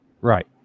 Right